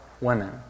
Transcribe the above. women